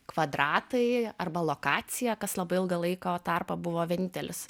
kvadratai arba lokacija kas labai ilgą laiko tarpą buvo vienintelis